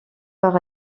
par